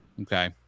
Okay